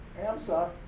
Amsa